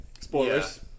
spoilers